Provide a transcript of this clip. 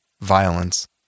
violence